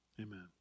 Amen